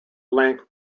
length